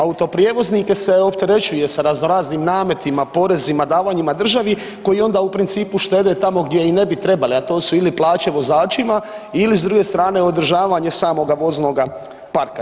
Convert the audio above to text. Autoprijevoznike se opterećuje sa razno raznim nametima, porezima, davanjima državi koji onda u principu štede tamo gdje i ne bi trebali, a to su ili plaće vozačima ili s druge strane, održavanje samoga voznoga parka.